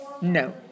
No